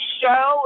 show